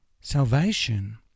salvation